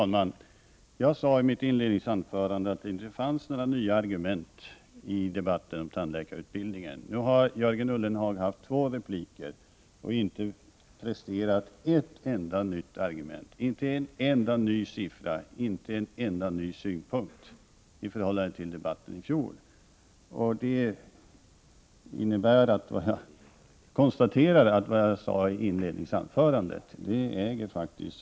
Herr talman! I mitt inledningsanförande sade jag att det inte fanns några nya argument i debatten om tandläkarutbildningen. Nu har Jörgen Ullenhag haft två repliker och inte presterat ett enda nytt argument, inte en enda ny siffra och inte en enda ny synpunkt i förhållande till debatten i fjol. Jag konstaterar därför att det jag sade i inledningsanförandet faktiskt äger sin giltighet.